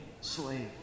slave